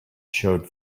showed